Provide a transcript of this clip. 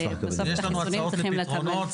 יש לנו הצעות לפתרונות,